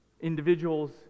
Individuals